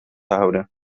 houden